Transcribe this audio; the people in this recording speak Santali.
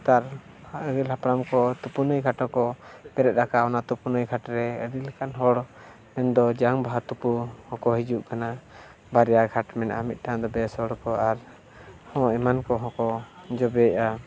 ᱛᱟᱨ ᱟᱹᱜᱤᱞ ᱦᱟᱯᱲᱟᱢ ᱠᱚ ᱛᱩᱯᱩᱱ ᱱᱟᱹᱭ ᱜᱷᱟᱴ ᱨᱮᱠᱚ ᱯᱮᱨᱮᱫ ᱟᱠᱟᱱᱟ ᱛᱩᱯᱩᱱ ᱱᱟᱹᱭ ᱜᱷᱟᱴ ᱨᱮ ᱟᱹᱰᱤ ᱞᱮᱠᱟᱱ ᱦᱚᱲ ᱢᱮᱱᱫᱚ ᱡᱟᱝ ᱵᱟᱦᱟ ᱛᱩᱯᱩ ᱦᱚᱸᱠᱚ ᱦᱤᱡᱩᱜ ᱠᱟᱱᱟ ᱵᱟᱨᱭᱟ ᱜᱷᱟᱴ ᱢᱮᱱᱟᱜᱼᱟ ᱢᱤᱫᱴᱟᱝ ᱫᱚ ᱵᱮᱥ ᱦᱚᱲ ᱠᱚ ᱟᱨ ᱦᱚᱸ ᱮᱢᱟᱱ ᱠᱚᱦᱚᱸ ᱠᱚ ᱡᱚᱵᱮᱭᱮᱜᱼᱟ